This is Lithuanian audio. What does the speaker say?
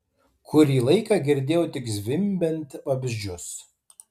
kurį laiką girdėjau tik zvimbiant vabzdžius